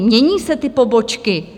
Mění se ty pobočky.